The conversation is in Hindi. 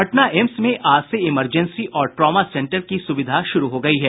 पटना एम्स में आज से इमरजेंसी और ट्रॉमा सेंटर की सुविधा शुरू हो गयी है